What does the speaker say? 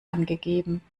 angegeben